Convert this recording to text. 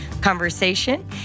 conversation